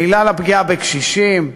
בגלל הפגיעה בקשישים,